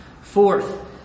Fourth